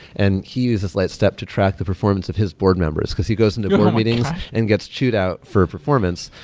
and he uses lightstep to track the performance of his board members, because he goes into board meetings and gets chewed out for performance.